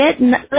let